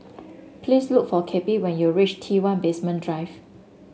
please look for Cappie when you reach T one Basement Drive